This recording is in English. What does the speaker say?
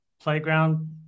playground